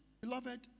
Beloved